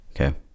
okay